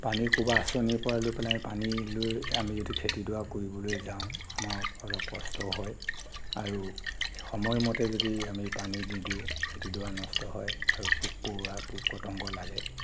পানীৰ ক'ৰবাৰ আঁচনিৰ পৰা লৈ পেলাই পানী লৈ আমি যদি খেতিডৰা কৰিবলৈ যাওঁ আমাৰ অলপ কষ্ট হয় আৰু সময়মতে যদি আমি পানী নিদিওঁ খেতিডৰা নষ্ট হয় আৰু পোক পৰুৱা পোক পতংগ লাগে